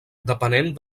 depenent